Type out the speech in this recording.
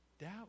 doubt